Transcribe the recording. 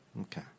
Okay